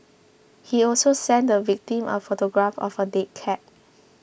he also sent the victim a photograph of a dead cat